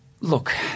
look